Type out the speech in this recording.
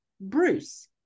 Bruce